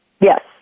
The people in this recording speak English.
Yes